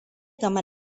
game